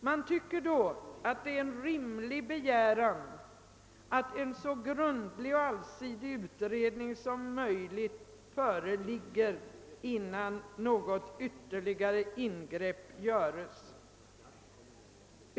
Man tycker mot denna bakgrund att det är en rimlig begäran, att en så grundlig och allsidig utredning som möjligt föreligger, innan något ytterligare ingrepp göres.